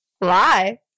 Lie